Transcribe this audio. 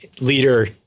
leader